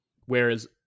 Whereas